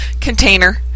container